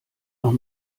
noch